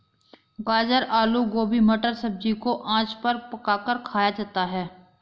गाजर आलू गोभी मटर सब्जी को आँच पर पकाकर खाया जाता है